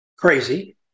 Crazy